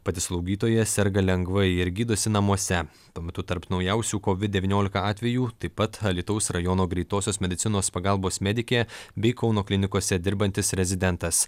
pati slaugytoja serga lengvai ir gydosi namuose tuo metu tarp naujausių kovid devyniolika atvejų taip pat alytaus rajono greitosios medicinos pagalbos medikė bei kauno klinikose dirbantis rezidentas